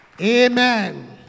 Amen